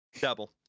double